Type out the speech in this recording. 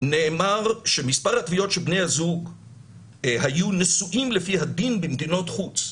נאמר שמספר התביעות שבני הזוג היו נשואים לפי הדין במדינות חוץ,